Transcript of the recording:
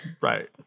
Right